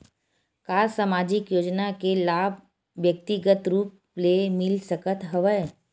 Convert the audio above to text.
का सामाजिक योजना के लाभ व्यक्तिगत रूप ले मिल सकत हवय?